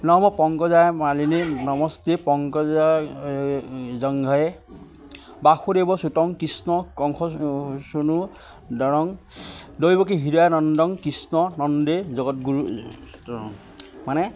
norm পংকজ মালিনী নমষ্টি পংকজংঘ বাসুদেৱ চূতং কৃষ্ণ কংশ চোণু দৰং দৈৱকী হিন্দং কৃষ্ণ নন্দে জগত গুৰু মানে